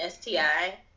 STI